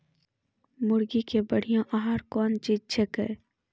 मुर्गी के बढ़िया आहार कौन चीज छै के?